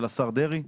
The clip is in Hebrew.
של השר דרעי,